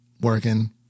working